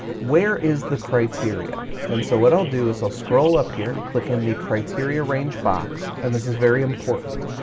where is the criteria? and so what i'll do is i'll scroll up here, click in the criteria range box. and this is very important,